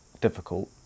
difficult